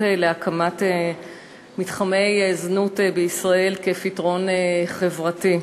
להקמת מתחמי זנות בישראל כפתרון חברתי.